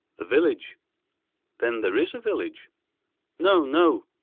the village then there is a village no, no.